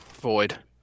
Void